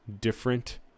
different